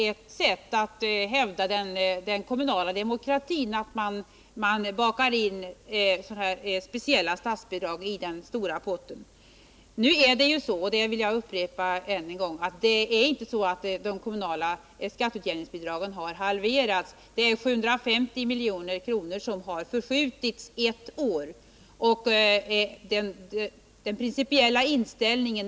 Ett sätt att hävda den kommunala demokratin är nämligen att baka in sådana här speciella statsbidrag i den stora potten. Här vill jag än en gång upprepa att de kommunala skatteutjämningsbidragen inte har halverats. Det är i stället fråga om en förskjutning på ett år av 750 milj.kr.